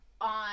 on